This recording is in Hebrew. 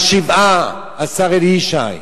בשבעה השר אלי ישי,